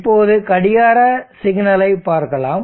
இப்போது கடிகார சிக்னலை பார்க்கலாம்